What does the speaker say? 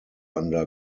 under